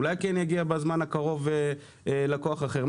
אולי כן יגיע בקרוב לקוח אחר?